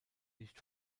nicht